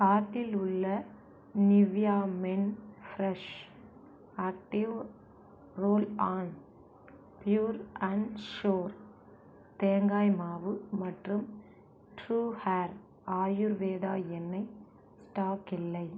கார்ட்டில் உள்ள Nivea men fresh active roll on pure and sure தேங்காய் மாவு மற்றும் ட்ரூ ஹேர் ஆயுர்வேதா எண்ணெய் ஸ்டாக் இல்லை